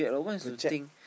to check